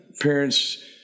parents